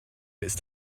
ist